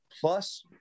plus